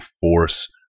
force